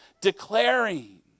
declaring